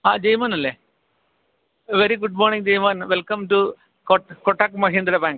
ആ ജെയ് മോനല്ലേ very good morning Jaimon welcome to കൊ കൊട്ടക് മഹീന്ദ്ര ബാങ്ക്